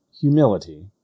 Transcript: humility